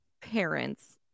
parents